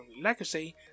legacy